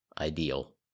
ideal